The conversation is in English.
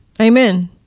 Amen